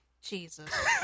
Jesus